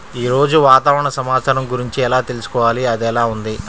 ఈరోజు వాతావరణ సమాచారం గురించి ఎలా తెలుసుకోవాలి అది ఎలా ఉంది అని?